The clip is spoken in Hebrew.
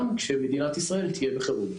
גם כשמדינת ישראל תהיה בחירום?